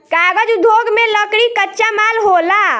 कागज़ उद्योग में लकड़ी कच्चा माल होला